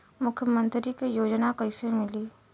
मुख्यमंत्री के योजना कइसे मिली?